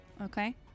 Okay